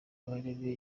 kabarebe